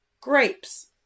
Grapes